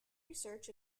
research